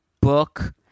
book